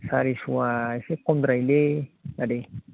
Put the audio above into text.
सारिस'आ एसे खमद्राय जायो आदै